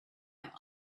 out